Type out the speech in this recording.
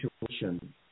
situation